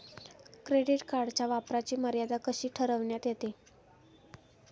Credit कार्डच्या वापराची मर्यादा कशी ठरविण्यात येते?